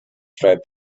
strive